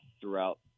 throughout